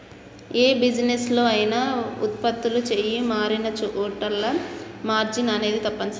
యే బిజినెస్ లో అయినా వుత్పత్తులు చెయ్యి మారినచోటల్లా మార్జిన్ అనేది తప్పనిసరి